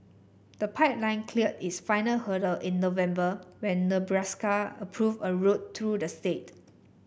the pipeline cleared its final hurdle in November when Nebraska approved a route through the state